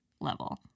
level